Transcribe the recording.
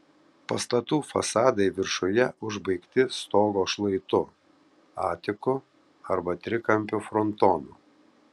pastatų fasadai viršuje užbaigti stogo šlaitu atiku arba trikampiu frontonu